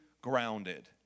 grounded